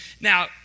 Now